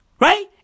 right